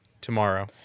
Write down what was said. tomorrow